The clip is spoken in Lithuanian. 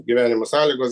gyvenimo sąlygos